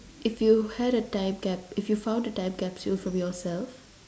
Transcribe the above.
if you had a time cap~ if you found a time capsule from yourself